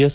S